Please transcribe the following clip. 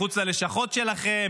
מחוץ ללשכות שלכם,